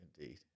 Indeed